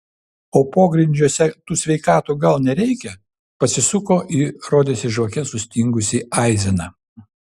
o pogrindžiuose tų sveikatų gal nereikia pasisuko į rodėsi žvake sustingusį aizeną